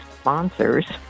sponsors